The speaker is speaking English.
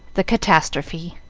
the catastrophe